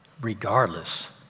regardless